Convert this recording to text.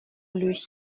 lui